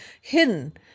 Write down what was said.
hidden